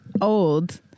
old